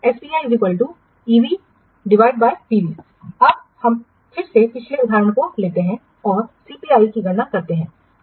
SPIEVPV अब हम फिर से पिछले उदाहरण को लेते हैं और सीपीआई की गणना करते हैं